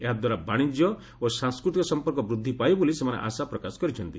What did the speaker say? ଏହାଦ୍ୱାରା ବାଣିଜ୍ୟ ଓ ସାଂସ୍କୃତିକ ସମ୍ପର୍କ ବୃଦ୍ଧି ପାଇବ ବୋଲି ଆଶାପ୍ରକାଶ କରିଛନ୍ତି